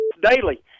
Daily